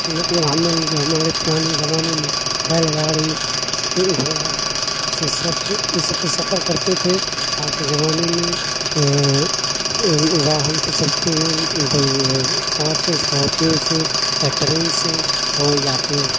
نقل و حمل جو ہمارے پرانے زمانے میں بیل گاڑی گھوڑا سے سب سے اس سب سے سفر کرتے تھے آج کے زمانے میں واہن سے چلتے ہیں کار سے اسکارپیو سے یا ٹرین سے ہو یا پھر